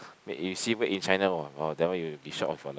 then you see made in China !wow! that one you will be shock of your life